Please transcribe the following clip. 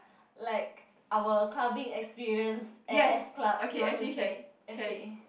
like our clubbing experience at F-club you want to say okay